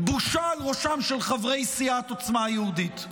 בושה על ראשם של חברי סיעת עוצמה יהודית.